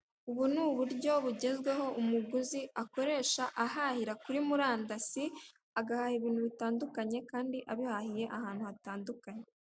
Ubu ni uburyo bugezweho umuguzi ahahira ibintu kuri murandasi, agahaha ibintu bitandukanye kandi abihahiye ahantu hatandukanye.